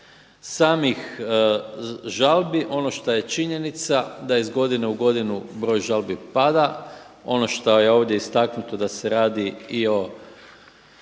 samih žalbi ono što je činjenica da iz godine u godinu broj žalbi pada. Ono šta je ovdje istaknuto da se radi i o